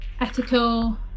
ethical